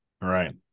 Right